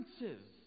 differences